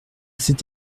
cet